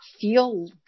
feel